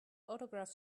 autograph